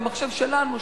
במחשב שלנו,